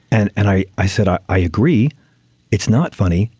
and and i i said i i agree it's not funny.